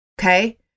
Okay